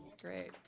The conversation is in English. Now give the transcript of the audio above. Great